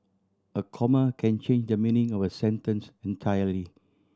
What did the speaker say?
a comma can change the meaning of a sentence entirely